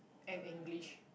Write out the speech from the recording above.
and english